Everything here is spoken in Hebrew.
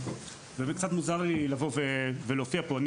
קצת מוזר לי לבוא ולהופיע פה.